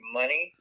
money